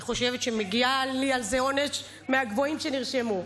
אני חושבת שמגיע לי על זה עונש מהגבוהים שנרשמו.